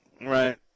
Right